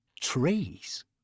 trees